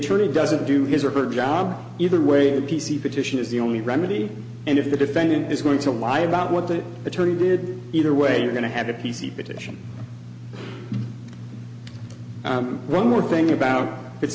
attorney doesn't do his or her job either way the p c petition is the only remedy and if the defendant is going to lie about what the attorney did either way you're going to have a p c petition one more thing about it